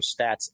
stats